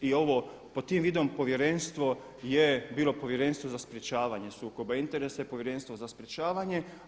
I ovo pod tim vidom povjerenstvo je bilo Povjerenstvo za sprječavanje sukoba interesa i povjerenstvo za sprječavanje.